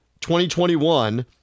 2021